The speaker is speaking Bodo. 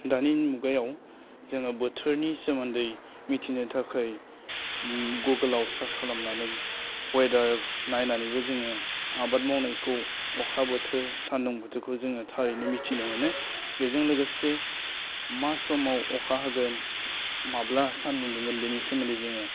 दानि मुगायाव जोङो बोथोरनि सोमोन्दै मिथिनो थाखाय गुगोलाव सार्च खालामनानै वेडार नायनानैबो जोङो आबाद मावनायखौ अखा बोथोर सान्दुं बोथोरखौ जोङो थारैनो मिथिनो मोनो बेजों लोगोसे मा समाव अखा हागोन माब्ला सान्दुं दुंगोन बिनि सोमोन्दै जोङो